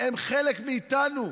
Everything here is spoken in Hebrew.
הם חלק מאיתנו.